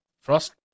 frost